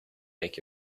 make